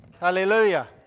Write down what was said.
Hallelujah